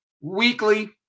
weekly